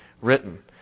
written